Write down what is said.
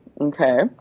okay